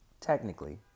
technically